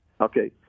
Okay